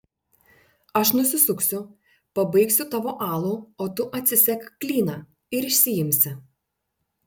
aš nusisuksiu pabaigsiu tavo alų o tu atsisek klyną ir išsiimsi